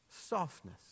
softness